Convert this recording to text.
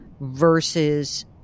versus